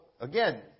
again